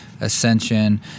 ascension